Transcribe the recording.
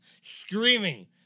screaming